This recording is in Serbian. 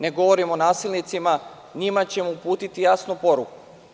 Ne govorim o nasilnicima njima ćemo uputiti jasnu poruku.